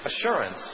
assurance